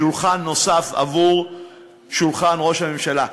שולחן נוסף עבור ראש הממשלה.